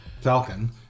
Falcon